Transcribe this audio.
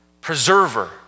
preserver